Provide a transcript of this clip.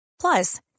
Plus